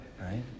right